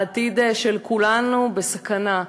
העתיד של כולנו בסכנה.